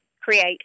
create